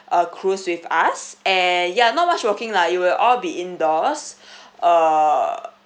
uh cruise with us and yeah not much walking lah you will all be indoors uh